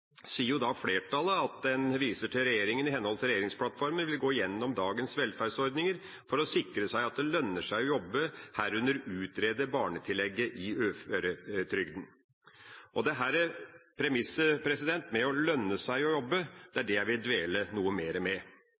sier flertallet at en «viser til at regjeringen i henhold til regjeringsplattformen vil gå gjennom dagens velferdsordninger for å sikre seg at det lønner seg å jobbe», herunder utrede barnetillegget i uføretrygden. Premisset med at det skal lønne seg å jobbe, er det jeg vil dvele noe